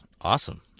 Awesome